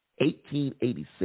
1886